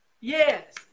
Yes